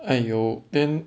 !aiyo! then